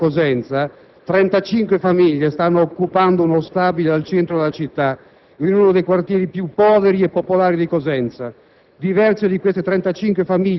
Signor Presidente, da alcuni giorni a Cosenza 35 famiglie stanno occupando uno stabile al centro della città, in uno dei quartieri più poveri e popolari di Cosenza.